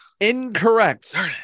incorrect